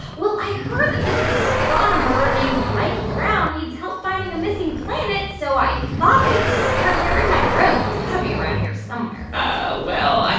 well, i heard that this astronomer named mike brown needs help finding a missing planet. so i thought i'd start here in my room. it's got to be around here somewhere ah well,